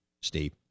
Steve